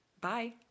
Bye